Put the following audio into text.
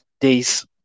days